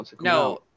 No